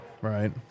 Right